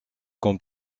comme